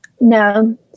No